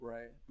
Right